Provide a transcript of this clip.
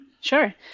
Sure